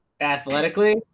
athletically